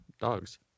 dogs